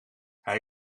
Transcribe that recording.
hij